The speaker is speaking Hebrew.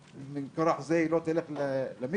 ומכוח זה היא לא תלך למקווה,